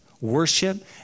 Worship